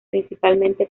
principalmente